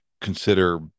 consider